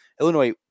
Illinois